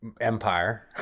empire